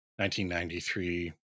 1993